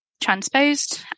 transposed